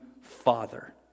Father